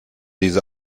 diese